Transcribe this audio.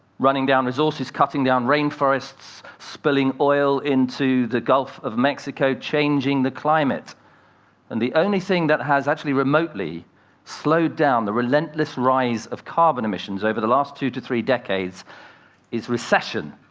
running down resources, cutting down rainforests, spilling oil into the gulf of mexico, changing the climate and the only thing that has actually remotely slowed down the relentless rise of carbon emissions over the last two to three decades is recession.